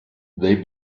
they